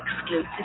exclusive